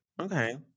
okay